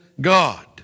God